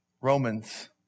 Romans